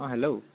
অঁ হেল্ল'